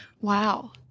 Wow